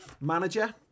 Manager